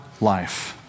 life